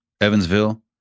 Evansville